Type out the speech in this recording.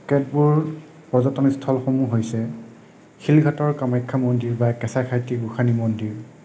কেতবোৰ পৰ্যটনীস্থলসমূহ হৈছে শিলঘাটৰ কামাখ্যা মন্দিৰ বা কেচাইখাতি গোঁসানী মন্দিৰ